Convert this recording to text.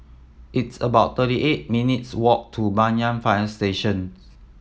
it's about thirty eight minutes' walk to Banyan Fire Station